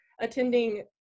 attending